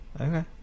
okay